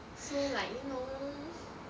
so like you know